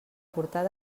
portar